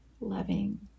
loving